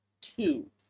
two